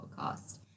podcast